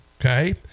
Okay